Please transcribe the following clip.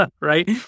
right